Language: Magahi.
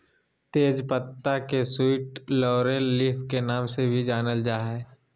तेज पत्ता के स्वीट लॉरेल लीफ के नाम से भी जानल जा हइ